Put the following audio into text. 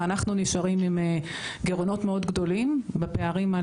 ואז אנחנו נשארים עם גירעונות גדולים ועם פערים.